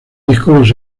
discos